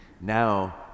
Now